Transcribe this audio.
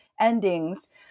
endings